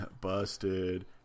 busted